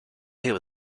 hill